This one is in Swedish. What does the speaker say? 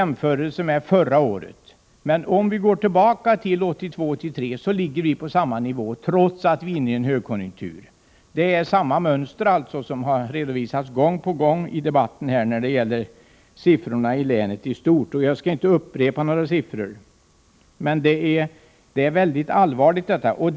Men om vi går tillbaka till 1982 och 1983 ser vi att vi ligger på samma nivå, trots att vi är inne i en högkonjunktur. Det är alltså samma mönster som redovisas gång på gång när det gäller siffrorna i länet i stort. Jag skall inte upprepa några siffror, utan bara konstatera att det är en allvarlig situation.